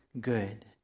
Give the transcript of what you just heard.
good